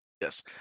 Yes